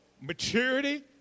maturity